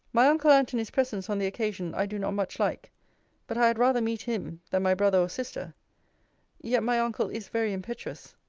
my uncle antony's presence on the occasion i do not much like but i had rather meet him than my brother or sister yet my uncle is very impetuous.